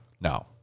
now